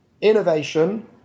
innovation